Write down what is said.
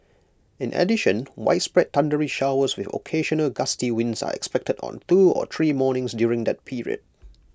in addition widespread thundery showers with occasional gusty winds are expected on two or three mornings during that period